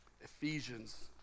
Ephesians